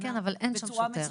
בצורה מסודרת.